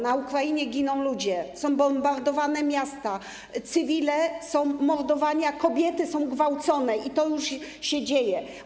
Na Ukrainie giną ludzie, są bombardowane miasta, cywile są mordowani, a kobiety są gwałcone i to już się dzieje.